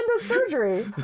surgery